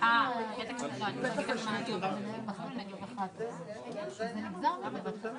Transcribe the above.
לא מסוגלים להרגיע תינוק בוכה בלילה כי אין להם כסף למזון